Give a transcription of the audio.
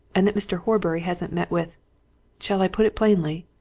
and that mr. horbury hasn't met with shall i put it plainly?